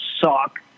suck